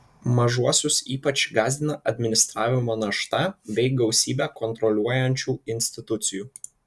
mažuosius ypač gąsdina administravimo našta bei gausybė kontroliuojančių institucijų